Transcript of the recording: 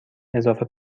اضافه